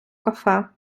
кафе